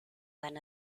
van